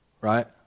right